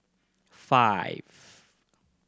five